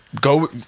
go